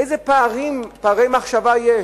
איזה פערי מחשבה יש,